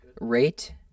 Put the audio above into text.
rate